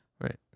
Right